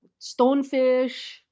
stonefish